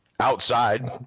outside